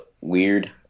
weird